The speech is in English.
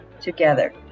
together